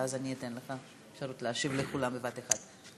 ואז אתן לך אפשרות להשיב לכולם בבת-אחת.